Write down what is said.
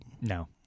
No